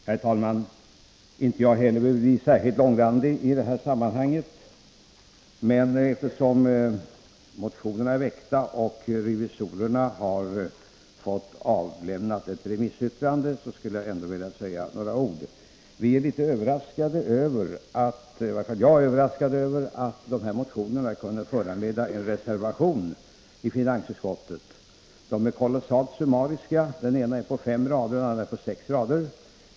Herr talman! Inte heller jag behöver bli särskilt långrandig i detta sammanhang, men eftersom motionerna är väckta och riksdagens revisorer har fått avlämna ett remissyttrande skulle jag ändå vilja säga några ord. Vi är litet överraskade — i varje fall är jag det — över att dessa motioner kunde föranleda en reservation i finansutskottet. Motionerna är kolossalt summariska — den ena är på fem och den andra på sex rader.